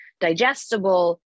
digestible